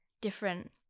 different